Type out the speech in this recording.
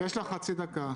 יש לך חצי דקה.